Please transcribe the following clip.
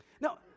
now